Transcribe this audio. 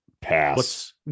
pass